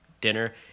dinner